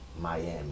Miami